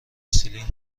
سیلین